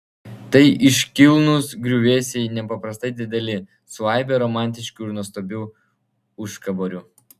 tai iškilnūs griuvėsiai nepaprastai dideli su aibe romantiškų ir nuostabių užkaborių